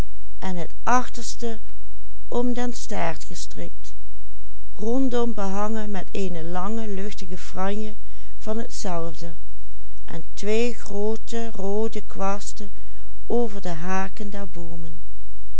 en het achterste om den staart gestrikt rondom behangen met eene lange luchtige franje van t zelfde en twee groote roode kwasten over de haken